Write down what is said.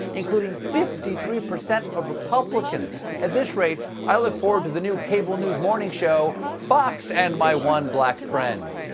including fifty three percent of republicans. at this rate, i look forward to the new cable news morning show fox and my one black friend.